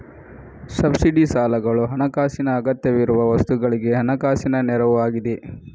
subsidy ಸಾಲಗಳು ಹಣಕಾಸಿನ ಅಗತ್ಯವಿರುವ ವಸ್ತುಗಳಿಗೆ ಹಣಕಾಸಿನ ನೆರವು ಆಗಿದೆ